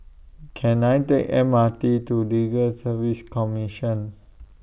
Can I Take M R T to Legal Service Commission